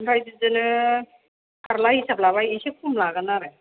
ओमफ्राय बिदिनो फारला हिसाब लाबा एसे खम लागोन आरो